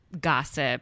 gossip